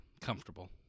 comfortable